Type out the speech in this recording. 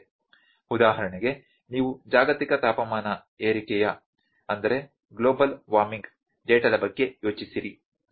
ಉದಾಹರಣೆಗೆ ನೀವು ಜಾಗತಿಕ ತಾಪಮಾನ ಏರಿಕೆಯ ಡೇಟಾದ ಬಗ್ಗೆ ಯೋಚಿಸಿರಿ ಸರಿ